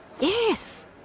Yes